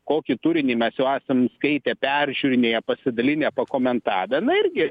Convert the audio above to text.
kokį turinį mes jau esam skaitę peržiūrinėję pasidalinę pakomentavę na irgi